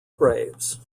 graves